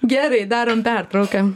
gerai darom pertrauką